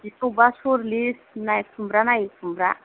अबेखौबा साल्लिस खुमब्रा नायै खुमब्रा